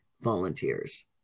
volunteers